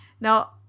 Now